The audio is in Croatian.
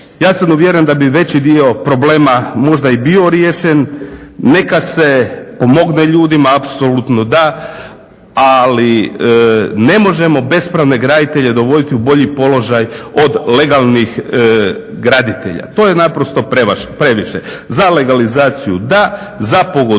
ja sam uvjeren da bi veći dio problema možda i bio riješen. Neka se pomogne ljudima, apsolutno da, ali ne možemo bespravne graditelje dovoditi u bolji položaj od legalnih graditelja. To je naprosto previše. Za legalizaciju da, za pogodovanje